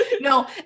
No